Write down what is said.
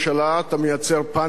אתה מייצר פניקה,